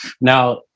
Now